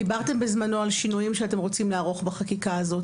דיברתם בזמנו על שינויים שאתם רוצים לערוך בחקיקה הזאת,